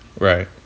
Right